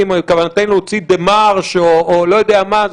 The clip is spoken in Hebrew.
ובכוותנו להוציא דמרש או לא יודע מה.